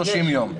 30 יום.